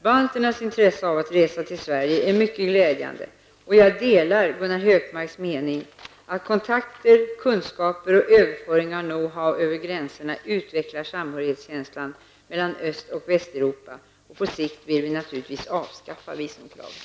Balternas intresse av att resa till Sverige är mycket glädjande, och jag delar Gunnar Hökmarks mening att kontakter, kunskaper och överföring av knowhow över gränserna utvecklar samhörighetskänslan mellan Öst och Västeuropa. På sikt vill vi naturligtvis avskaffa visumkravet.